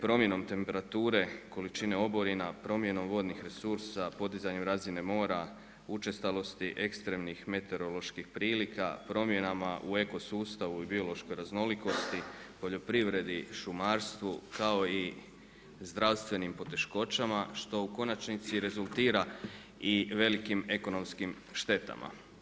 Promjenom temperature, količine oborine, promjenom vodnih resursa, podizanjem razine mora, učestalosti ekstremnih meteoroloških prilika, promjenama u eko sustavu i biološkoj raznolikosti, poljoprivredi, šumarstvu kao i zdravstvenim poteškoćama što u konačnici rezultira i velikim ekonomskim štetama.